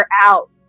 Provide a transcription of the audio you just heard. out